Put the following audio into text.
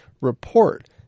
report